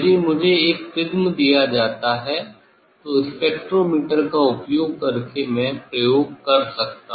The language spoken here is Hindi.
यदि मुझे एक प्रिज्म दिया जाता है तो स्पेक्ट्रोमीटर का उपयोग करके मैं प्रयोग कर सकता हूं